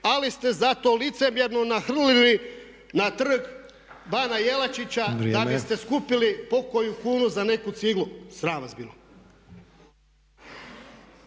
Ali ste zato licemjerno nahrlili na trg Bana Jelačića da biste skupili pokoju kunu za neku ciglu. Sram vas bilo.